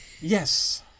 Yes